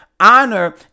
Honor